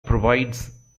provides